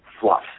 fluff